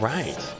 Right